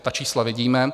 Ta čísla vidíme.